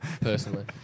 Personally